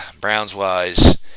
Browns-wise